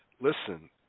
Listen